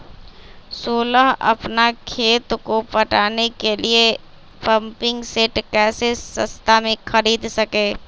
सोलह अपना खेत को पटाने के लिए पम्पिंग सेट कैसे सस्ता मे खरीद सके?